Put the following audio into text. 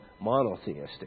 monotheistic